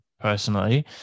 personally